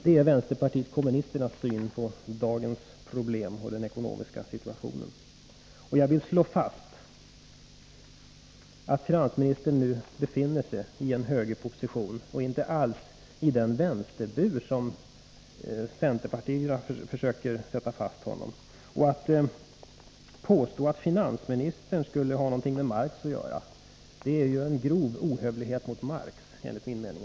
Det är vänsterpartiet kommunisternas syn på dagens ekonomiska problem och den ekonomiska situationen. Jag vill slutligen slå fast att finansministern nu befinner sig i en högerposition, och inte alls i den vänsterbur som centerpartiet försöker sätta honom i. Att påstå att finansministern skulle ha någonting med Marx att göra är en grov ohövlighet mot Marx, enligt min mening.